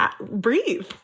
breathe